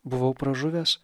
buvau pražuvęs